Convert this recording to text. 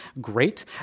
great